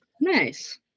Nice